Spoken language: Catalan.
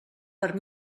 per